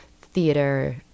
theater